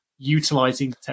utilizing